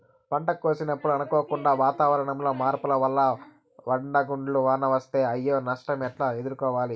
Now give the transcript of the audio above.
పంట కోసినప్పుడు అనుకోకుండా వాతావరణంలో మార్పుల వల్ల వడగండ్ల వాన వస్తే అయ్యే నష్టాలు ఎట్లా ఎదుర్కోవాలా?